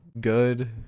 good